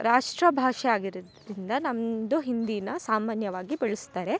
ರಾಷ್ಟ್ರ ಭಾಷೆ ಆಗಿರೋದ್ರಿಂದ ನಮ್ಮದು ಹಿಂದಿ ಸಾಮಾನ್ಯವಾಗಿ ಬಳಸ್ತಾರೆ